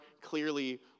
clearly